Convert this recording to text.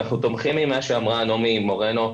אנחנו תומכים במה שאמרה נעמי מורנו,